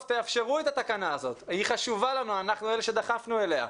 תאפשרו את התקנה הזאת שהיא חשובה לנו ואנחנו אלה שדחפנו אליה.